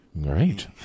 Great